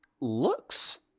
looks